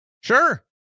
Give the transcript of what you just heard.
Sure